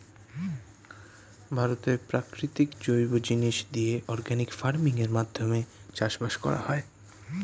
ভারতে প্রাকৃতিক জৈব জিনিস দিয়ে অর্গানিক ফার্মিং এর মাধ্যমে চাষবাস করা হয়